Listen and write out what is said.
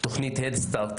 תוכנית הד סטארט